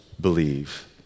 believe